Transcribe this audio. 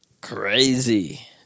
Crazy